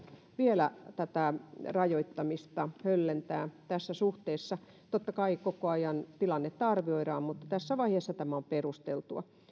vielä tätä rajoittamista höllentää tässä suhteessa totta kai koko ajan tilannetta arvioidaan mutta tässä vaiheessa tämä on perusteltua